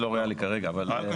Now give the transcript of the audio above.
אני לא ארחיב את הדיבור בעניין הזה.